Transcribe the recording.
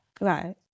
Right